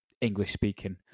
English-speaking